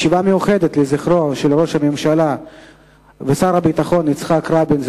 ישיבה מיוחדת לזכרו של ראש הממשלה ושר הביטחון יצחק רבין,